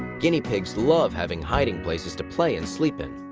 guinea pigs love having hiding places to play and sleep in.